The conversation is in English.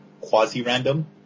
quasi-random